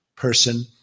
Person